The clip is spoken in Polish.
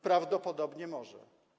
Prawdopodobnie może.